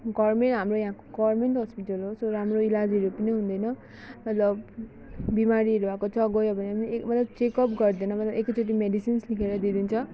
government हाम्रो यहाँको government hospital हो सो राम्रो इलाजहरू पनि हुँदैन मतलब बिमारीहरू भएको छ गयो भने पनि मतलब चेकअप गर्दैन मतलब एकैचोटि मेडिसिन्सहरू लेखेर दिइदिन्छ